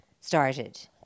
started